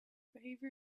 behavior